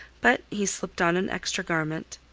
but he slipped on an extra garment.